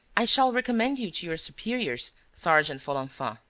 i shall recommend you to your superiors, sergeant folenfant.